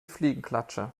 fliegenklatsche